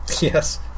Yes